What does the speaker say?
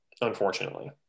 unfortunately